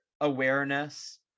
awareness